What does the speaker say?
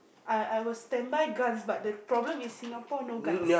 I I will stand by guns but the problem is Singapore no guns